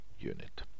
unit